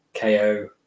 KO